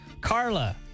carla